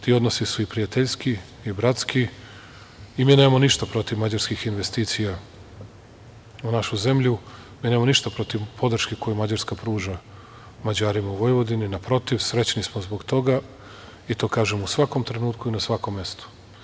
Ti odnosi su i prijateljski i bratski i mi nemamo ništa protiv mađarskih investicija u našu zemlju, mi nemamo ništa protiv podrške koju Mađarska pruža Mađarima u Vojvodini, naprotiv, srećni smo zbog toga i to kažem u svakom trenutku i na svakom mestu.